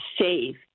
safe